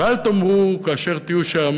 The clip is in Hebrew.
ואל תאמרו, כאשר תהיו שם: